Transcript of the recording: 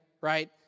right